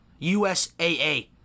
USAA